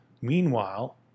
Meanwhile